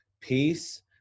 peace